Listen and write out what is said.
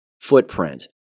footprint